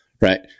right